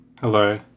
hello